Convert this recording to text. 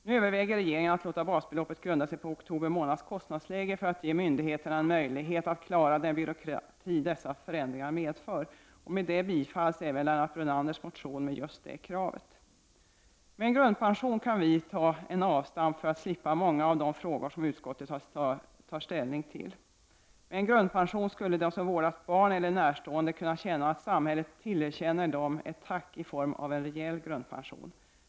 Nu överväger regeringen att låta basbeloppet grunda sig på oktober månads kostnadsläge för att ge myndigheterna en möjlighet att klara den byråkrati dessa förändringar medför. Med det bifalls även Lennart Brunanders motion med just det kravet. Med en grundpension kan vi ta en avstamp för att slippa många av de frågor som utskottet har tagit ställning till. Med en grundpension skulle de som vårdat barn eller närstående kunna känna att samhället tillerkänner dem ett tack i form av en rejäl grundpension.